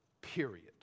period